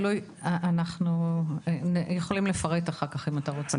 אנחנו יכולים לפרט אחר כך על הנושא.